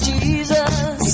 Jesus